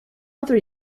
other